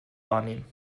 wahrnehmen